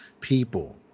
people